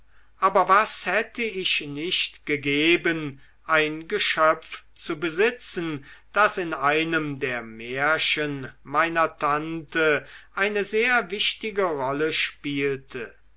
aber was hätte ich nicht gegeben ein geschöpf zu besitzen das in einem der märchen meiner tante eine sehr wichtige rolle spielte